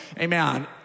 amen